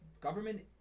government